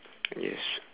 yes